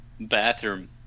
bathroom